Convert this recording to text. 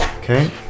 Okay